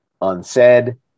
unsaid